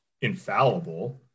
infallible